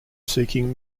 seeking